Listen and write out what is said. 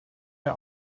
der